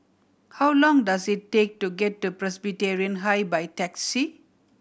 how long does it take to get to Presbyterian High by taxi